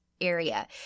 area